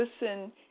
listen